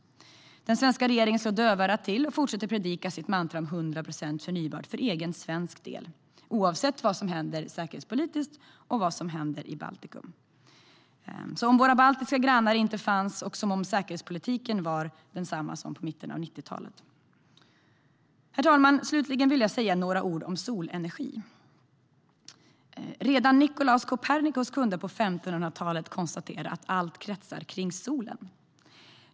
Den svenska regeringen slår dövörat till och fortsätter att predika sitt mantra om 100 procent förnybart för svensk del, oavsett vad som händer säkerhetspolitiskt och vad som händer i Baltikum, som om våra baltiska grannar inte fanns och säkerhetspolitiken var densamma som i mitten av 90-talet. Herr talman! Slutligen vill jag säga några ord om solenergi. Redan Nicolaus Copernicus kunde på 1500-talet konstatera att allt kretsar kring solen.